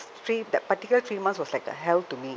three that particular three months was like a hell to me